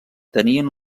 tenien